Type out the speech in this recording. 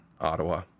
Ottawa